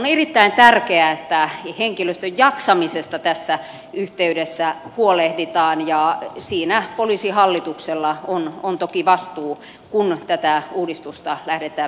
on erittäin tärkeää että henkilöstön jaksamisesta tässä yhteydessä huolehditaan ja siinä poliisihallituksella on toki vastuu kun tätä uudistusta lähdetään viemään eteenpäin